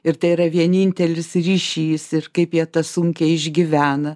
ir tai yra vienintelis ryšys ir kaip jie tą sunkiai išgyvena